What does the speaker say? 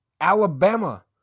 Alabama